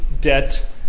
Debt